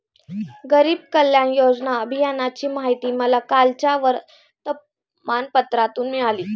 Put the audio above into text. गरीब कल्याण योजना अभियानाची माहिती मला कालच्या वर्तमानपत्रातून मिळाली